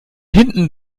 hinten